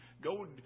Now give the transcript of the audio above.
go